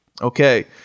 Okay